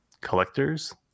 collectors